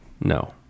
No